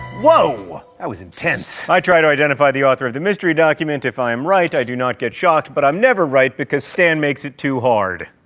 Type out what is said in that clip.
woah! that was intense. i try to identify the author of the mystery document. if i am right, i do not get shocked, but i'm never right because stan makes it too hard.